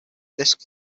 disc